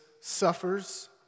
suffers